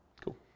Cool